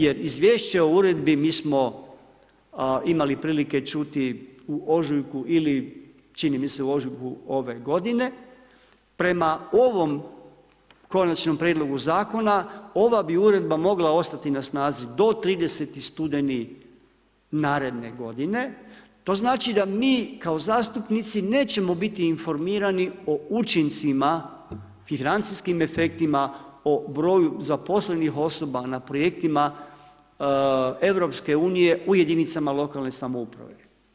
Jer izvješće o uredbi mi smo imali prilike čuti u ožujku ili, čini mi se u ožujku ove g. prema ovome konačnom prijedlogu zakon, ova bi uredba mogla ostati na snazi do 30.11. naredne g. to znači da mi kao zastupnici nećemo biti informirani o učincima, financijskim efektima, o broju zaposlenih osoba na projektima EU u jedinicama lokalne samouprave.